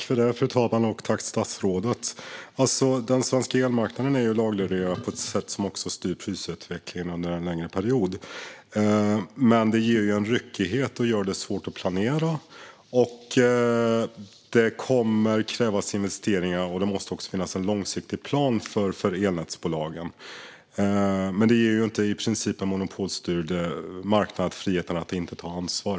Fru talman! Statsrådet! Den svenska elmarknaden är ju lagreglerad på ett sätt som också styr prisutvecklingen under en längre period, men det ger en ryckighet och gör det svårt att planera. Det kommer att krävas investeringar. Det måste också finnas en långsiktig plan för elnätsbolagen. Men det ger ju inte en i princip monopolstyrd marknad friheten att inte ta ansvar.